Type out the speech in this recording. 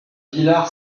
villar